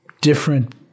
different